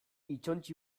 hitzontzi